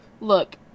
look